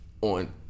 on